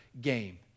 game